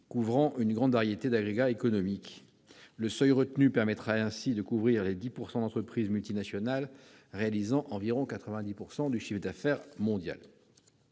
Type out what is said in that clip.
couvrant une grande variété d'agrégats économiques. Le seuil retenu permettra de couvrir les 10 % d'entreprises multinationales réalisant environ 90 % du chiffre d'affaires mondial.